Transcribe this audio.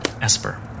Esper